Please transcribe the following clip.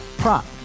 prop